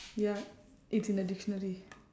ya it's in the dictionary